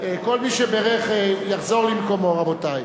כל מי שבירך יחזור למקומו, רבותי.